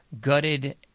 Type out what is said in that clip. gutted